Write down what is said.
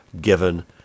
given